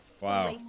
Wow